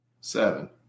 Seven